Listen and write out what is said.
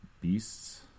Beasts